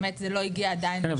באמת זה לא הגיע עדיין לשלב --- כן,